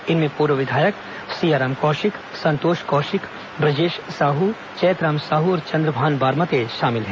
इनमें पूर्व विधायक सियाराम कौशिक संतोष कौशिक ब्रजेश साह चैतराम साहू और चंद्रभान बारमते शामिल हैं